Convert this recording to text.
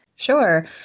Sure